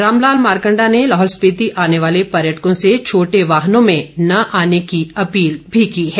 रामलाल मारकंडा ने लाहौल स्पिति आने वाले पर्यटकों से छोटे वाहनों में न आने की अपील भी की है